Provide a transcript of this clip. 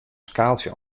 skaaltsje